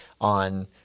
on